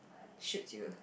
shoots you